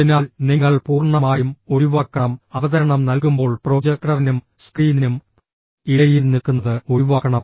അതിനാൽ നിങ്ങൾ പൂർണ്ണമായും ഒഴിവാക്കണം അവതരണം നൽകുമ്പോൾ പ്രൊജക്ടറിനും സ്ക്രീനിനും ഇടയിൽ നിൽക്കുന്നത് ഒഴിവാക്കണം